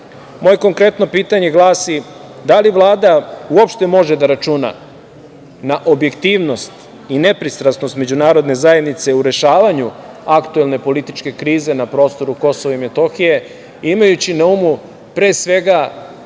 SPS.Moje konkretno pitanje glasi – da li Vlada uopšte može da računa na objektivnost i nepristrasnost međunarodne zajednice u rešavanju aktuelne političke krize, na prostoru KiM, imajući na umu pre svega